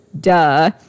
Duh